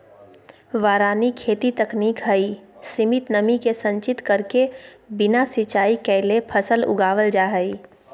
वारानी खेती तकनीक हई, सीमित नमी के संचित करके बिना सिंचाई कैले फसल उगावल जा हई